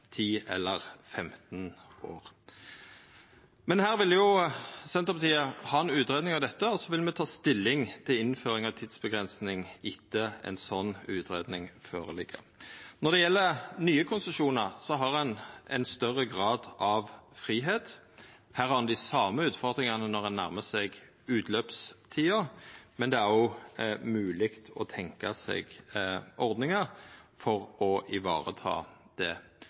ti eller femten år. Men Senterpartiet vil ha ei utgreiing av dette, og så vil me ta stilling til innføring av tidsavgrensing etter at ei slik utgreiing ligg føre. Når det gjeld nye konsesjonar, har ein ein større grad av fridom. Her har ein dei same utfordringane når ein nærmar seg utløpstida, men det er òg mogleg å tenkja seg ordningar for å vareta dette. Vårt formål og vårt ønske er at dette skal gjera det